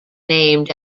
named